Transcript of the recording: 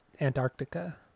Antarctica